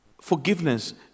forgiveness